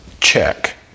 Check